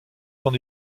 son